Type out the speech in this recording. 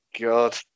God